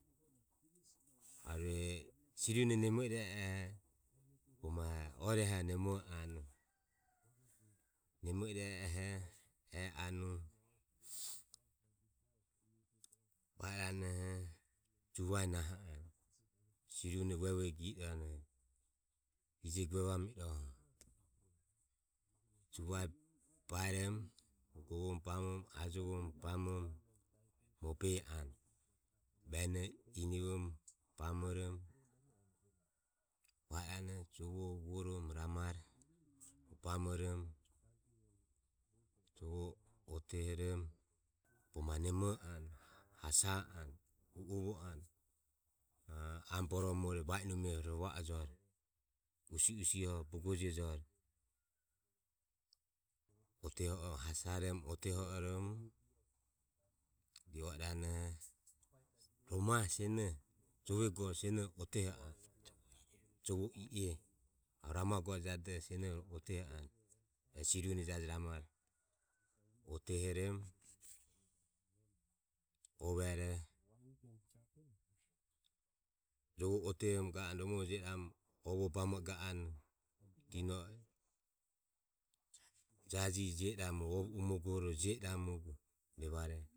Arueh siri une nemo ire oho, bo ma oriaho nemo anu. Nemo ira oho e anu va iranoho juva naho anue siri une vueve go i irane ijego vueva mi irohe juva baeromo ajovoromo govoromo bamoromo mobe anue. Venoho inivoromo va iranoho husovoromo ramare. bamoromo jovoho otehoromo. bogo ma nemo anue hasa anue. A amo boromore va i numie u o vo anue usiho usiho bogo jio iroheni oteho oromo hasaromo otehooromo ri o iranoho rohu masenoho jove go o senoho oteho anue. Jovo i e arue rama gore jadoho oteho anue e siri une jajire ramare otehoromo overo jovoho otehoromo ga anue romo romore jio iramu ovoho bamo i ga anue dino e jajire jio iramu o ovo umogore jio irmu vevare.